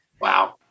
Wow